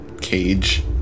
Cage